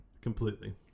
completely